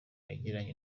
yagiranye